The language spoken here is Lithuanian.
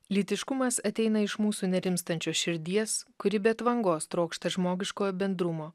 lytiškumas ateina iš mūsų nerimstančios širdies kuri be atvangos trokšta žmogiškojo bendrumo